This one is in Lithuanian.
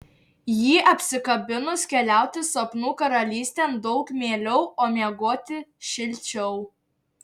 jį apsikabinus keliauti sapnų karalystėn daug mieliau o miegoti šilčiau